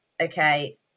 okay